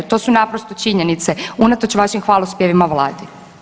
To su naprosto činjenice unatoč vašim hvalospjevima vladi.